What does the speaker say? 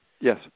Yes